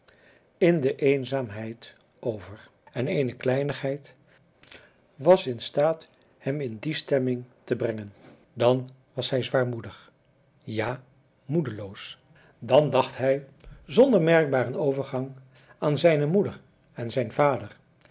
in de eenzaamheid over en eene kleinigheid was in staat hem in die stemming te brengen dan was hij zwaarmoedig ja moedeloos dan dacht hij zonder merkbaren overgang aan zijne moeder en zijn vader